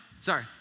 sorry